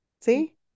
see